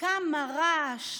כמה רעש,